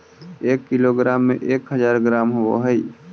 एक किलोग्राम में एक हज़ार ग्राम होव हई